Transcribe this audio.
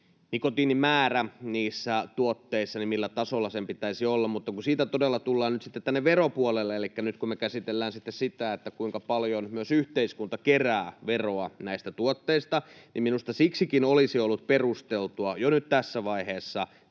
nikotiinin määrän niissä tuotteissa pitäisi olla. Siitä todella tullaan nyt sitten tänne veropuolelle, elikkä nyt me käsitellään sitä, kuinka paljon yhteiskunta kerää veroa näistä tuotteista, ja minusta siksikin olisi ollut perusteltua jo nyt tässä vaiheessa